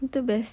the best